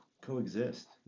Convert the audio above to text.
coexist